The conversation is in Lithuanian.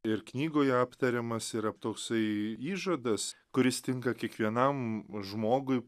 ir knygoje aptariamas yra toksai įžadas kuris tinka kiekvienam žmogui